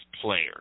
player